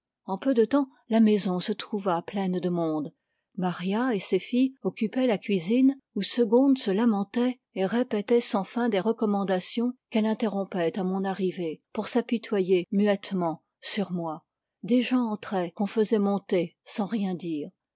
en peu de temps la maison se trouva pleine de monde maria et ses filles occupaient la cuisine où segonde se lamentait et répétait sans fin des recommandations qu'elle interrompait à mon arrivée pour s'apitoyer muettement sur moi des gens entraient qu'on faisait monter sans rien dire